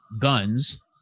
guns